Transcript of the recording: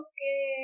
Okay